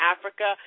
Africa